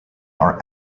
are